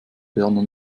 berner